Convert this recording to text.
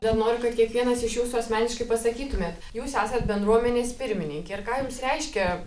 dar noriu kad kiekvienas iš jūsų asmeniškai pasakytumėt jūs esat bendruomenės pirmininkė ir ką jums reiškia